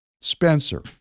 Spencer